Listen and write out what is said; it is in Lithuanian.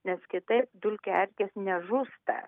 nes kitaip dulkių erkės nežūsta